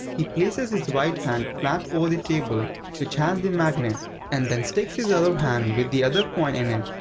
he places his right hand flat over the table which has the magnet and then sticks his other hand with the other coin in it,